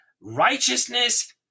righteousness